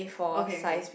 okay okay